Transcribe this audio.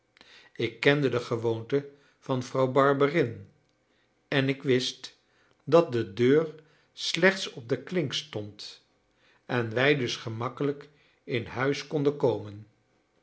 ik kende de gewoonte van vrouw barberin en ik wist dat de deur slechts op de klink stond en wij dus gemakkelijk in huis konden komen